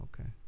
Okay